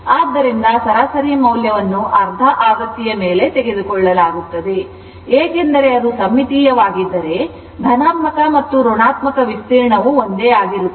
ಆದ್ದರಿಂದ ಸರಾಸರಿ ಮೌಲ್ಯವನ್ನು ಅರ್ಧ ಆವೃತ್ತಿಯ ಮೇಲೆ ತೆಗೆದುಕೊಳ್ಳಲಾಗುತ್ತದೆ ಏಕೆಂದರೆ ಅದು ಸಮ್ಮಿತೀಯವಾಗಿದ್ದರೆ ಧನಾತ್ಮಕ ಮತ್ತು ಋಣಾತ್ಮಕ ವಿಸ್ತೀರ್ಣವು ಒಂದೇ ಆಗಿರುತ್ತದೆ